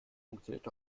funktioniert